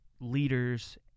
leaders